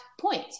point